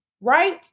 Right